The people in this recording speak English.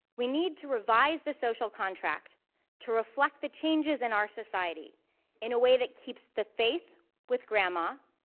we need to revise the social contract to reflect the changes in our society in a way that keeps the faith with grandma,